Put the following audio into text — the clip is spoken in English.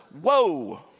Whoa